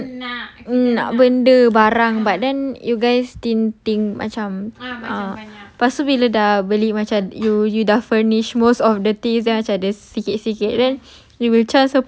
one nak benda barang but then you guys think think macam uh lepas tu bila dah beli macam you usually dah furnish most of the things then macam ada sikit-sikit kan